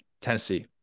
Tennessee